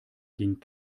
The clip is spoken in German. ging